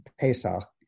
Pesach